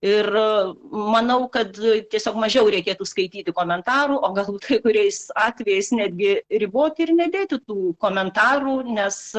ir manau kad tiesiog mažiau reikėtų skaityti komentarų o gal kai kuriais atvejais netgi riboti ir nedėti tų komentarų nes